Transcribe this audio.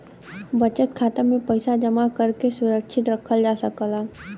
बचत खाता में पइसा जमा करके सुरक्षित रखल जा सकला